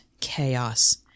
chaos